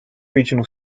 regional